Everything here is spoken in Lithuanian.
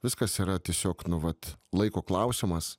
viskas yra tiesiog nu vat laiko klausimas